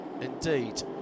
Indeed